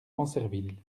ancerville